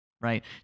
right